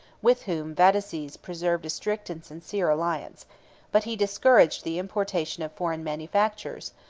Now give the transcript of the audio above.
with whom vataces preserved a strict and sincere alliance but he discouraged the importation of foreign manufactures,